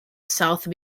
south